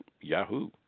yahoo